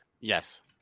Yes